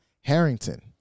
Harrington